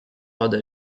other